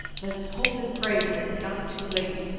let's hope and pray we're not too late!